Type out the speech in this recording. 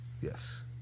Yes